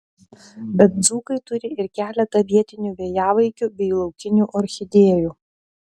bet dzūkai turi ir keletą vietinių vėjavaikių bei laukinių orchidėjų